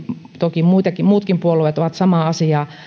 toki muutkin puolueet ovat samaa asiaa